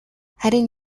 харин